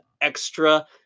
extra